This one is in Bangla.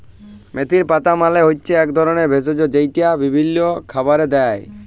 মেথির পাতা মালে হচ্যে এক ধরলের ভেষজ যেইটা বিভিল্য খাবারে দেয়